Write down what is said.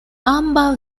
ambaŭ